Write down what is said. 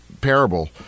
parable